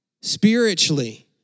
spiritually